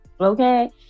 okay